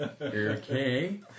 okay